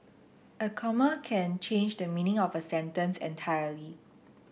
a comma can change the meaning of a sentence entirely